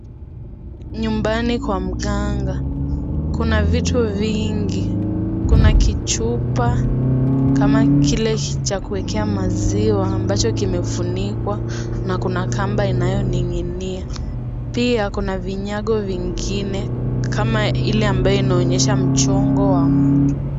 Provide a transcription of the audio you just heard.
Nyumbani kwa mganga. Kuna vitu vingi, kuna kichupa kama kile cha kuwekwa maziwa ambacho kimefunikwa na kuna kamba inayoning'inia. Pia, kuna vinyago vingine kama ile ambayo inaonyesha mchongo wa mtu.